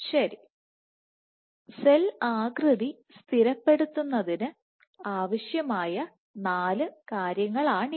ശരി സെൽ ആകൃതി സ്ഥിരപ്പെടുത്തുന്നതിന് ആവശ്യമായ നാല് കാര്യങ്ങളാണിവ